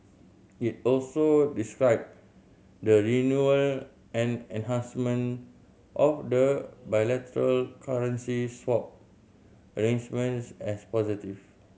it also described the renewal and enhancement of the bilateral currency swap arrangement as positive